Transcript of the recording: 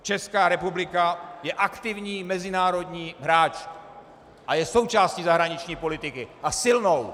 Česká republika je aktivní mezinárodní hráč a je součástí zahraniční politiky, a silnou!